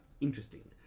interesting